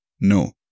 no